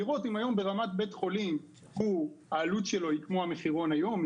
לראות אם היום ברמת בית חולים העלות שלו היא כמו המחירון היום,